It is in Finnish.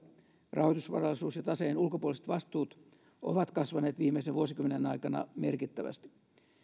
rahoitusvarallisuus ja taseen ulkopuoliset vastuut ovat kasvaneet viimeisen vuosikymmenen aikana merkittävästi